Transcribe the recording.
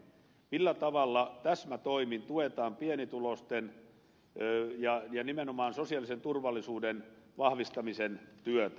millä tavalla täsmätoimin tuetaan pienituloisia ja nimenomaan sosiaalisen turvallisuuden vahvistamisen työtä